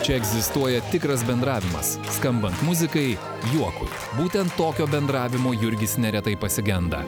čia egzistuoja tikras bendravimas skambant muzikai juokui būtent tokio bendravimo jurgis neretai pasigenda